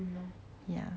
ya